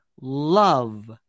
love